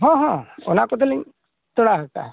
ᱦᱮᱸ ᱦᱮᱸ ᱚᱱᱟ ᱠᱚᱫᱚ ᱞᱤᱧ ᱛᱚᱲᱟᱣ ᱟᱠᱟᱜᱼᱟ